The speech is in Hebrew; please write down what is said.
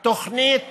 תוכנית